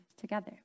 together